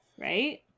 right